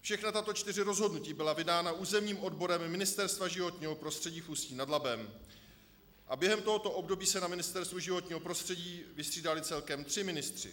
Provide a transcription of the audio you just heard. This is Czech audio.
Všechna tato čtyři rozhodnutí byla vydána územním odborem Ministerstva životního prostředí v Ústí nad Labem a během tohoto období se na Ministerstvu životního prostředí vystřídali celkem tři ministři.